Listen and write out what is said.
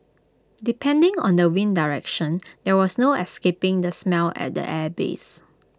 depending on the wind direction there was no escaping the smell at the airbase